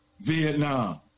vietnam